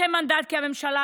כי הונחו